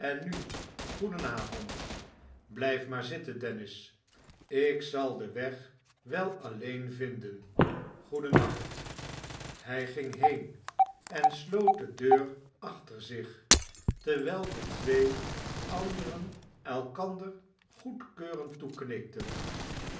nu goeden avond blijf maar zitten dennis ik zal den weg wel alleen vinden goeden nacht hij ging heen en sloot de deur achter zich terwijl de twee anderen elkander goedkeurend toeknikten